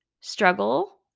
struggle